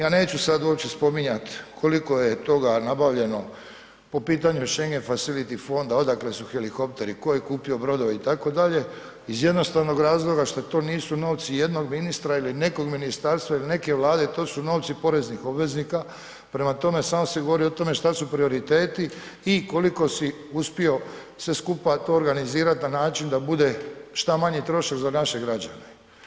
Ja neću sad uopće spominjat koliko je toga nabavljeno po pitanju Schengen Facility fonda, odakle su helikopteri, tko je kupio brodove itd. iz jednostavnog razloga što to nisu novci jednog ministra ili nekog ministarstva ili neke Vlade, to su novci poreznih obveznika, prema tome, samo se govori o tome šta su prioriteti i koliko si uspio sve skupa to organizirat na način da bude šta manji trošak za naše građane.